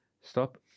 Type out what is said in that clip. Stop